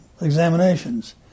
examinations